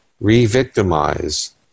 re-victimize